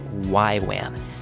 YWAM